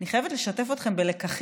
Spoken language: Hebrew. אני חייבת לשתף אתכם בלקחים.